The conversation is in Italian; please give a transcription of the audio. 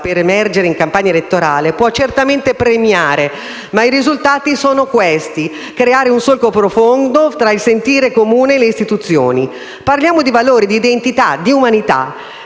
per emergere in campagna elettorale può certamente premiare, ma i risultati sono questi: creare un solco profondo tra il sentire comune e le istituzioni. Parliamo di valori, di identità, di umanità.